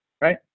Right